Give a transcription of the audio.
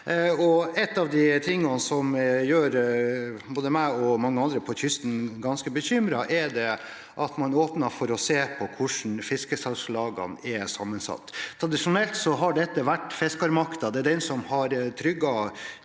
Noe av det som gjør både meg og mange andre på kysten ganske bekymret, er at man åpner for å se på hvordan fiskesalgslagene er sammensatt. Tradisjonelt har dette vært fiskermakten, det er det som har trygget